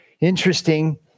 Interesting